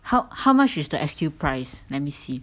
how how much is the S_Q price let me see